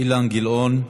אילן גילאון,